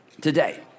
today